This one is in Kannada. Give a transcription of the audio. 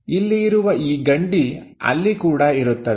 ಇಲ್ಲಿ ಇರುವ ಈ ಕಂಡಿ ಅಲ್ಲಿ ಕೂಡ ಇರುತ್ತದೆ